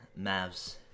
Mavs